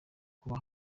kuba